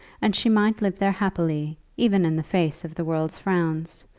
and she might live there happily, even in the face of the world's frowns,